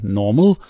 normal